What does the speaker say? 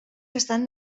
estan